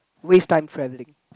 waste time